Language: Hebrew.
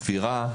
סבירה,